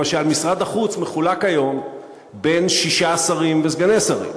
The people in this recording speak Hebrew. למשל משרד החוץ מחולק היום בין שישה שרים וסגני שרים.